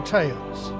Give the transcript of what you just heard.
Tales